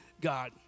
God